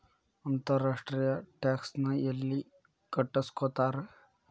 ಅಂತರ್ ರಾಷ್ಟ್ರೇಯ ಟ್ಯಾಕ್ಸ್ ನ ಯೆಲ್ಲಿ ಕಟ್ಟಸ್ಕೊತಾರ್?